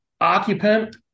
occupant